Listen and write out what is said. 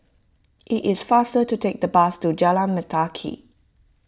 it is faster to take the bus to Jalan Mendaki